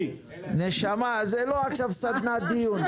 נשמה, זה לא עכשיו סדנת דיון.